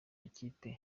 makipe